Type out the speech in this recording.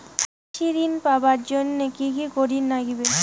কৃষি ঋণ পাবার জন্যে কি কি করির নাগিবে?